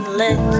let